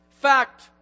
Fact